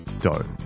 dough